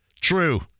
True